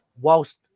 whilst